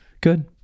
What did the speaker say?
good